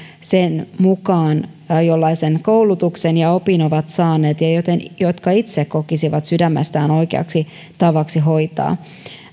sen mukaan jollaisen koulutuksen ja opin ovat saaneet ja jonka itse kokisivat sydämestään oikeaksi tavaksi hoitaa